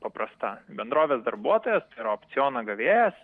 paprasta bendrovės darbuotojas ir opciono gavėjas